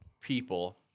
people